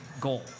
goal